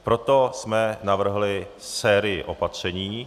Proto jsme navrhli sérii opatření.